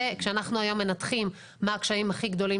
זה כשאנחנו היום מנתחים מה הקשיים הכי גדולים